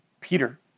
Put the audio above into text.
Peter